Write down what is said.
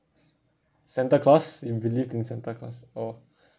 santa claus you believed in santa claus oh